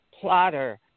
plotter